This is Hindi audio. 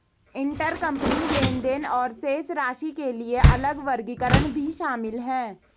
इंटरकंपनी लेनदेन और शेष राशि के लिए अलग वर्गीकरण भी शामिल हैं